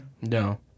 No